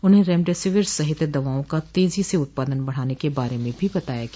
उन्हें रेमडेसिविर सहित दवाओं का तेजी से उत्पादन बढाने के बारे में भी बताया गया